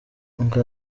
ngo